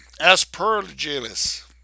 Aspergillus